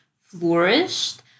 flourished